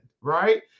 Right